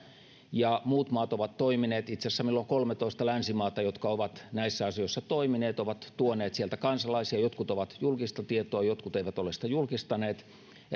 ja muut maat ovat toimineet itse asiassa meillä on kolmetoista länsimaata jotka ovat näissä asioissa toimineet ja tuoneet sieltä kansalaisia jotkut ovat julkista tietoa jotkut eivät ole sitä julkistaneet